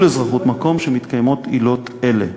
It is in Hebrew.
אזרחות מקום שמתקיימות עילות אלה.